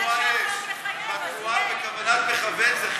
בגלל שהחוק יחייב, אז יהיה.